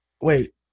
Wait